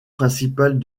principale